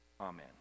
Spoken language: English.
Amen